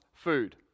Food